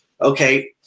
okay